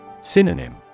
Synonym